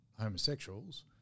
homosexuals